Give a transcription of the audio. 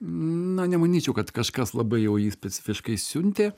na nemanyčiau kad kažkas labai jau jį specifiškai siuntė